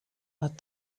but